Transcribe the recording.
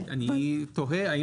אני תוהה,